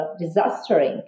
disastrous